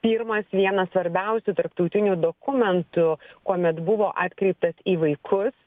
pirmas vienas svarbiausių tarptautinių dokumentų kuomet buvo atkreiptas į vaikus